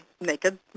naked